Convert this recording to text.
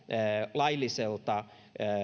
lailliselta